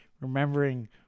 remembering